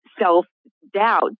self-doubt